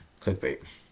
Clickbait